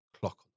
clock